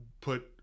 put